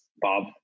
Bob